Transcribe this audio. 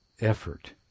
effort